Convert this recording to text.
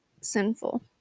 sinful